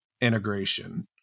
integration